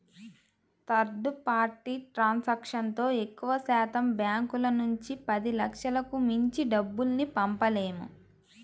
third party ట్రాన్సాక్షన్తో ఎక్కువశాతం బ్యాంకుల నుంచి పదిలక్షలకు మించి డబ్బుల్ని పంపలేము